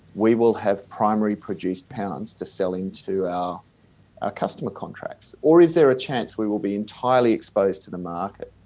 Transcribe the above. we will have primary produced pounds to sell in to our customer contracts, or is there a chance we will be entirely exposed to the market?